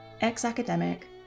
ex-academic